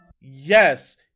Yes